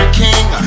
king